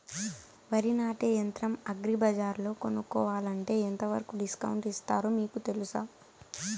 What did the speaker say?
వరి నాటే యంత్రం అగ్రి బజార్లో కొనుక్కోవాలంటే ఎంతవరకు డిస్కౌంట్ ఇస్తారు మీకు తెలుసా?